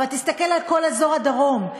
אבל תסתכל על כל אזור הדרום,